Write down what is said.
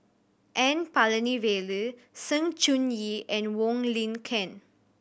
N Palanivelu Sng Choon Yee and Wong Lin Ken